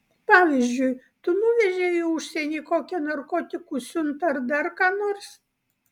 pavyzdžiui tu nuvežei į užsienį kokią narkotikų siuntą ar dar ką nors